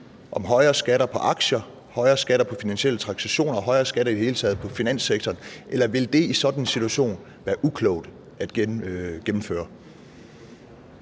om højere skatter på aktier, højere skatter på finansielle transaktioner, og at finanssektoren pålægges højere skatter, eller vil det i sådan en situation være uklogt at gennemføre?